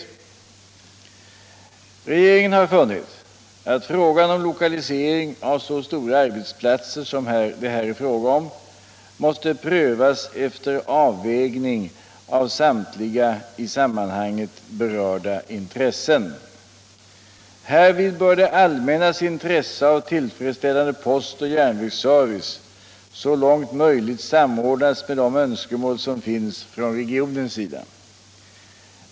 Regeringen har funnit att frågan om lokalisering av så stora arbetsplatser som det här gäller måste prövas efter avvägning av samtliga i sammanhanget berörda intressen. Härvid bör det allmännas intresse av tillfredsställande postoch järnvägsservice så långt möjligt samordnas med de önskemål som finns från regionens sida.